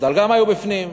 המפד"ל גם היו בפנים.